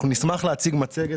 אנחנו נשמח להציג מצגת